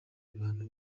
ibihano